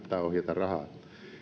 rahaa